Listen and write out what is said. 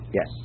Yes